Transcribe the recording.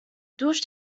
durch